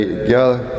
together